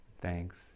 Thanks